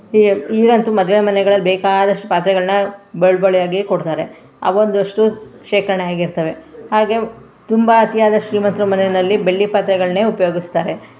ಈಗ ಅಂತೂ ಮದುವೆ ಮನೆಗಳಲ್ಲಿ ಬೇಕಾದಷ್ಟು ಪಾತ್ರೆಗಳನ್ನ ಬಳುವಳಿಯಾಗಿ ಕೊಡ್ತಾರೆ ಅವೊಂದಷ್ಟು ಶೇಖರ್ಣೆಯಾಗಿರ್ತವೆ ಹಾಗೆ ತುಂಬ ಅತಿಯಾದ ಶ್ರೀಮಂತರ ಮನೆಯಲ್ಲಿ ಬೆಳ್ಳಿ ಪಾತ್ರೆಗಳನ್ನೆ ಉಪಯೋಗಿಸ್ತಾರೆ